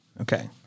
Okay